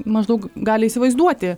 maždaug gali įsivaizduoti